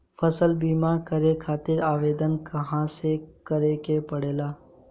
फसल बीमा करे खातिर आवेदन कहाँसे करे के पड़ेला?